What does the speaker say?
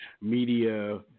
media